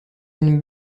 une